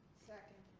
second.